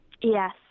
Yes